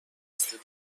دست